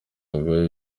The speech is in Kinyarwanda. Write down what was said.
ngo